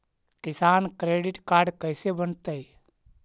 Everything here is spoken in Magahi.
किसान क्रेडिट काड कैसे बनतै?